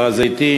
הר-הזיתים,